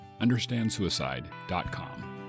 understandsuicide.com